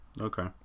Okay